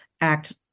act